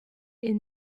est